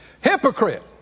Hypocrite